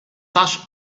such